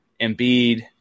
Embiid